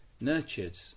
nurtured